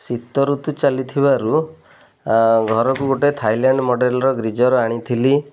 ଶୀତ ଋତୁ ଚାଲିଥିବାରୁ ଘରକୁ ଗୋଟେ ଥାଇଲାଣ୍ଡ୍ ମଡ଼େଲ୍ର ଗିଜର୍ ଆଣିଥିଲି